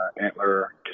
Antler